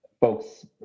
folks